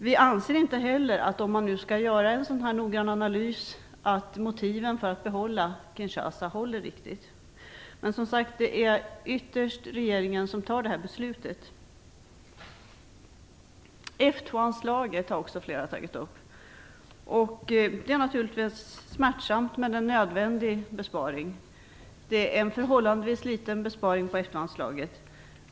Vi anser inte heller att motivet för att behålla ambassaden i Kinshasa håller riktigt, om man nu skall göra en så noggrann analys. Ytterst är det regeringen som fattar detta beslut. Flera har tagit upp F 2-anslaget. Det är naturligtvis en smärtsam men nödvändig besparing. Det är en förhållandevis liten besparing på detta anslag.